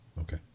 Okay